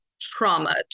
trauma